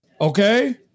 okay